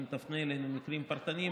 אם תפנה אלינו מקרים פרטניים,